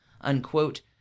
unquote